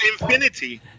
infinity